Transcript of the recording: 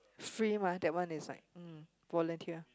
free mah that one is like mm volunteer